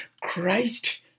Christ